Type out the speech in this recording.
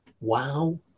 wow